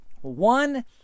One